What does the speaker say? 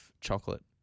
chocolate